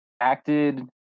acted